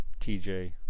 TJ